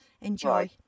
Enjoy